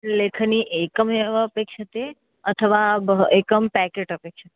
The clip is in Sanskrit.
लेखनी एका एव वा अपेक्ष्यते अथवा बहु एकं पेकेट् अपेक्ष्यते